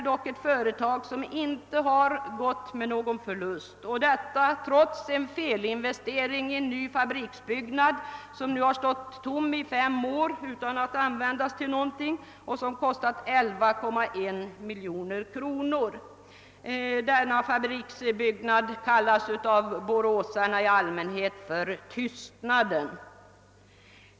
Företaget har dock inte gått med förlust, trots felinvestering i en ny fabriksbyggnad, som nu stått tom i fem år utan att användas och som kostat 11,1 miljoner kronor — denna byggnad kallar boråsarna i allmänhet för »Tystnaden».